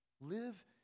live